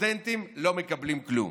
הסטודנטים לא מקבלים כלום.